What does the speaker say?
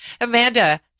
Amanda